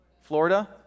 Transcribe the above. Florida